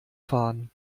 fahren